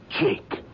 Jake